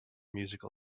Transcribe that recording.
musical